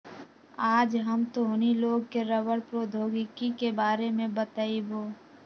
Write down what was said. आज हम तोहनी लोग के रबड़ प्रौद्योगिकी के बारे में बतईबो